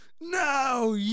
no